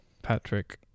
Patrick